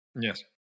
Yes